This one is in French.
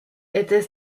était